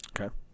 Okay